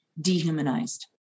dehumanized